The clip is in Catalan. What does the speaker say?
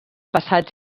passats